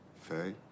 Faye